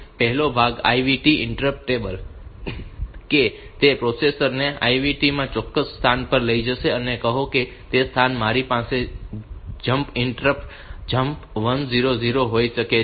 તેથી પહેલો ભાગ IVT ઈન્ટરપ્રીટર ટેબલ છે તે પ્રોસેસર ને IVT માં ચોક્કસ સ્થાન પર લઈ જશે અને કહો કે તે સ્થાન પર મારી પાસે જમ્પ ઈન્સ્ટ્રક્શન જમ્પ 1000 હોઈ શકે છે